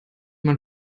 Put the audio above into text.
man